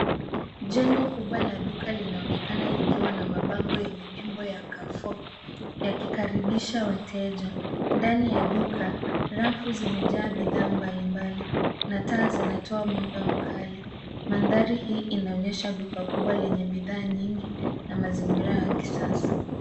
Jengo kubwa la duka linaonekana likiwa na mabango yenye nembo ya Carrefour yakikaribisha wateja. Ndani ya duka rafu zimejaa bidhaa mbalimbali na taa zinatoa mwanga mkali. Mandhari hii inaonyesha duka kubwa lenye bidhaa nyingi na mazingira ya kisasa.